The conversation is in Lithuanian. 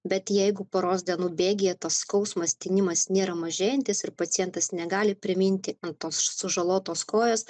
bet jeigu poros dienų bėgyje skausmas tinimas nėra mažėjantis ir pacientas negali priminti ant tos sužalotos kojos